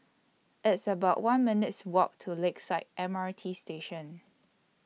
It's about one minutes' Walk to Lakeside M R T Station